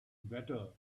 better